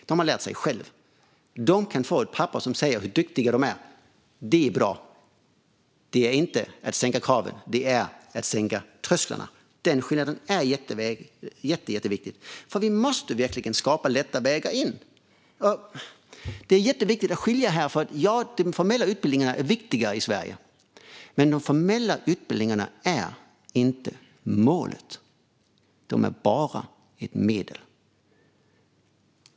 De har lärt sig själva, och de kan få ett papper som säger hur duktiga de är. Det är bra. Det är inte att sänka kraven, utan det är att sänka trösklarna. Den skillnaden är jätteviktig, för vi måste skapa lätta vägar in. Det är viktigt att skilja på detta. Ja, de formella utbildningarna är viktiga i Sverige, men de är inte målet utan bara ett medel.